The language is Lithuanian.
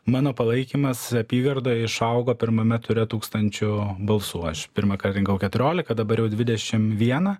mano palaikymas apygardoje išaugo pirmame ture tūkstančiu balsų aš pirmąkart rinkau keturiolika dabar jau dvidešim vieną